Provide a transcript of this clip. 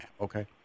okay